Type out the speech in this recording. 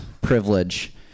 privilege